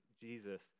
Jesus